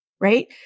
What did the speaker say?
right